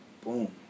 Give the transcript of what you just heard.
boom